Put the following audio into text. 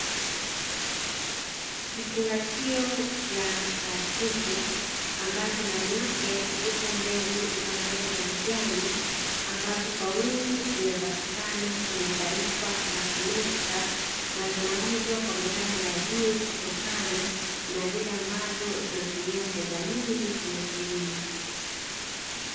Kifungashio cha plastiki ambacho ndani yake zipo mbegu za mboga za majani, ambazo kwa wingi zinapatikana kwenye taifa la amerika na zinaumwa kwa gharama ya juu kutokana na vile ambavyo zinatumia fedha nyingi kwenye kilimo.